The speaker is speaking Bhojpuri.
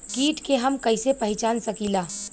कीट के हम कईसे पहचान सकीला